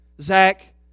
Zach